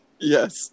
Yes